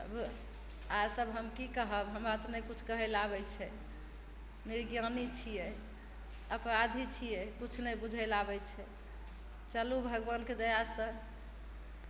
अब आरसब की कहब हमरा तऽ नहि किछु कहयलए आबय छै निर्ज्ञानी छियै अपराधी छियै किछु नहि बुझय लए आबय छै चलू भगवानके दयासँ